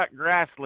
Grassley